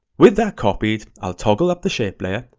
with that copied, i'll toggle up the shape layer,